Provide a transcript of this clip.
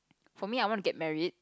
for me I want to get married